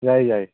ꯌꯥꯏꯌꯦ ꯌꯥꯏꯌꯦ